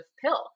pill